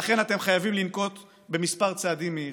לכן אתם חייבים לנקוט כמה צעדים מהירים: